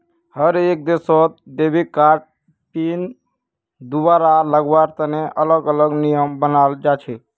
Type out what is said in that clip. हर एक देशत debit card PIN दुबारा लगावार तने अलग अलग नियम बनाल जा छे